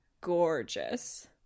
gorgeous